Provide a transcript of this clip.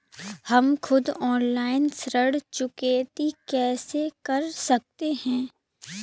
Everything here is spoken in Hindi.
हम खुद ऑनलाइन ऋण चुकौती कैसे कर सकते हैं?